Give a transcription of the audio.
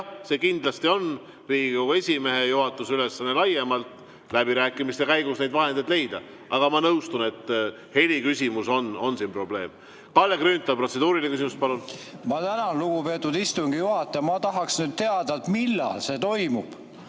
see kindlasti on Riigikogu esimehe juhatuse ülesanne laiemalt läbirääkimiste käigus neid vahendeid leida. Aga ma nõustun, et heliküsimus on siin probleem. Kalle Grünthal, protseduuriline küsimus, palun! Ma tänan, lugupeetud istungi juhataja! Ma tahaks nüüd teada, millal see toimub.